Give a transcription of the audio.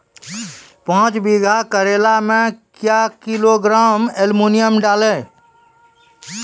पाँच बीघा करेला मे क्या किलोग्राम एलमुनियम डालें?